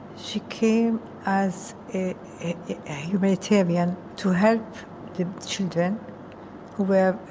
she came as a humanitarian to help the children who were,